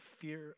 fear